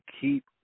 Keep